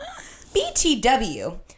BTW